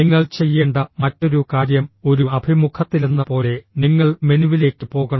നിങ്ങൾ ചെയ്യേണ്ട മറ്റൊരു കാര്യം ഒരു അഭിമുഖത്തിലെന്നപോലെ നിങ്ങൾ മെനുവിലേക്ക് പോകണം